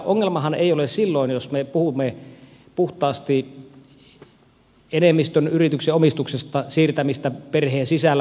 ongelmahan ei ole silloin jos me puhumme puhtaasti enemmistön yrityksen omistuksesta siirtämisestä esimerkiksi perheen sisällä